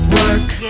work